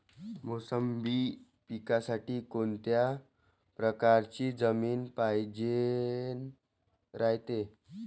मोसंबी पिकासाठी कोनत्या परकारची जमीन पायजेन रायते?